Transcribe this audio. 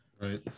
Right